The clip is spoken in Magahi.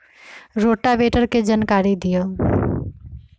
रोटावेटर के जानकारी दिआउ?